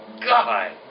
God